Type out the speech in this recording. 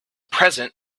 present